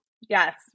Yes